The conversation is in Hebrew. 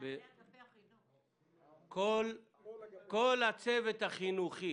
כל הצוות החינוכי